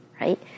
right